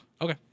Okay